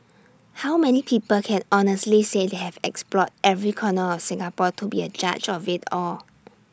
how many people can honestly say they have explored every corner of Singapore to be A judge of IT all